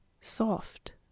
soft